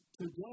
today